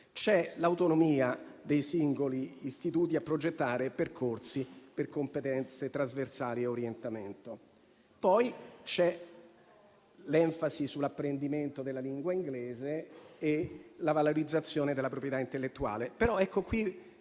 l'autonomia dei singoli istituti a progettare percorsi per competenze trasversali e orientamento. Particolare enfasi viene posta sull'apprendimento della lingua inglese e sulla valorizzazione della proprietà intellettuale.